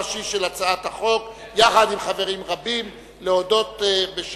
אני קובע שהצעת חוק ההתייעלות הכלכלית (תיקוני